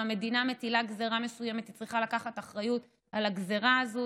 אם המדינה מטילה גזרה מסוימת היא צריכה לקחת אחריות על הגזרה הזאת.